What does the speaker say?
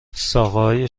ساقههای